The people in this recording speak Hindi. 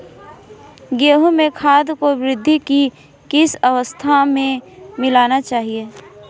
गेहूँ में खाद को वृद्धि की किस अवस्था में मिलाना चाहिए?